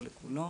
לא לכולו,